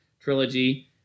trilogy